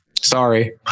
sorry